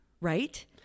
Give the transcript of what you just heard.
Right